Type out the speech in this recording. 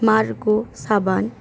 মারগো সাবান